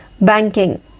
Banking